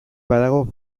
badago